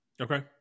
Okay